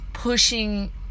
Pushing